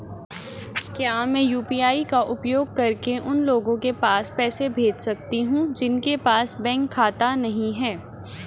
क्या मैं यू.पी.आई का उपयोग करके उन लोगों के पास पैसे भेज सकती हूँ जिनके पास बैंक खाता नहीं है?